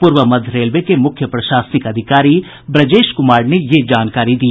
पूर्व मध्य रेलवे के मुख्य प्रशासनिक अधिकारी ब्रजेश कुमार ने यह जानकारी दी